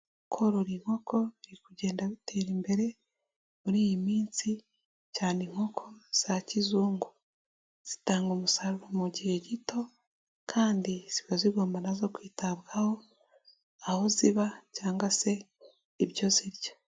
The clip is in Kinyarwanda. Korora inkoko biri kugenda bitera imbere muri iyi minsi cyane inkoko za kizungu, zitanga umusaruro mu gihe gito kandi ziba zigomba na zo kwitabwaho aho ziba cyangwa se ibyo zirya.